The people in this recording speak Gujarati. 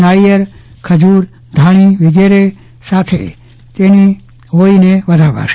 નાળીયેર ખજુર ધાણી વિગેરે સાથે હોળીને વધાવાશે